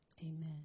Amen